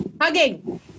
Hugging